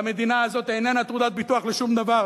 והמדינה הזאת איננה תעודת ביטוח לשום דבר,